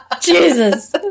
Jesus